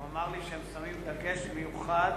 הוא אמר לי שהם שמים דגש מיוחד